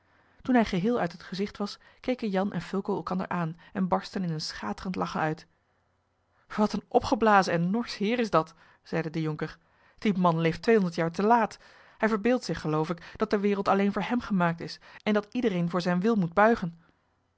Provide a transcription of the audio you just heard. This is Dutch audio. toen hij geheel uit het gezicht was keken jan en fulco elkander aan en barstten in een schaterend lachen uit wat een opgeblazen en norsch heer is dat zeide de jonker die man leeft tweehonderd jaar te laat hij verbeeldt zich geloof ik dat de wereld alleen voor hem gemaakt is en dat iedereen voor zijn wil moet buigen